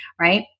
right